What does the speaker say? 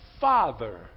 Father